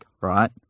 right